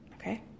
okay